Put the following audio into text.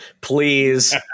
Please